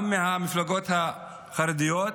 גם מהמפלגות החרדיות,